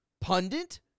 pundit